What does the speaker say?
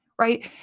right